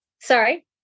Sorry